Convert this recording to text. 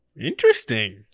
Interesting